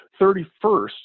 31st